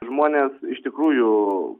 žmonės iš tikrųjų